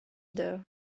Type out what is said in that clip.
there